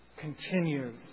continues